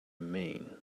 mean